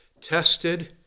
tested